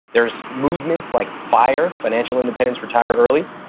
there's movements like fire, financial independence retire early.